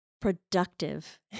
productive